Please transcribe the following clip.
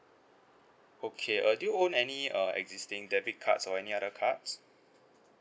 okay uh do you own any uh existing debit cards or any other cards